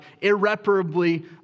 irreparably